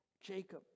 Jacob